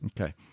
Okay